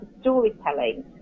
storytelling